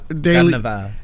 daily